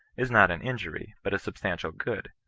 is not an injury but a substantial good,